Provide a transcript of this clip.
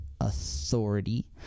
authority